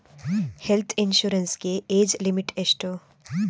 Health insurance ಗೆ age limit ಎಷ್ಟು?